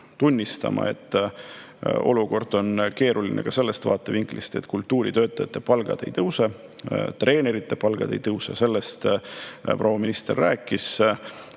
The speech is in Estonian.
tunnistama, et olukord on keeruline ka sellest vaatevinklist, et kultuuritöötajate ja treenerite palgad ei tõuse. Sellest proua minister rääkis.